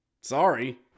Sorry